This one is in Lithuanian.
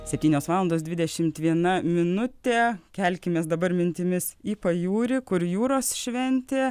septynios valandos dvidešimt viena minutė kelkimės dabar mintimis į pajūrį kur jūros šventė